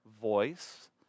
voice